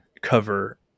cover